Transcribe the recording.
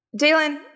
Jalen